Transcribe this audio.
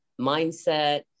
Mindset